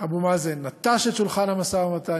אבו מאזן נטש את שולחן המשא-ומתן,